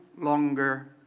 longer